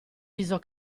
viso